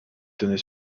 tenait